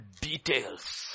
details